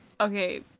Okay